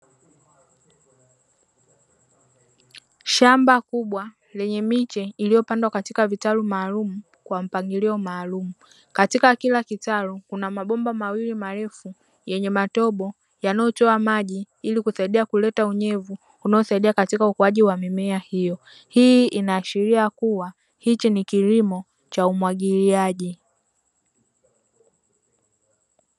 Shamba kubwa lenye miche iliopandwa katika vitalu maalumu kwa mpangilio maalumu. Katika kila kitalu kuna mabomba mawili marefu yenye matobo, yanayotoa maji ili kusaidia kuleta unyevu unaosaidia katika ukuaji wa mimea hiyo. Hii inaashiria kuwa hiki ni kilimo cha umwagiliaji.